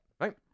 right